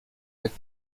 jak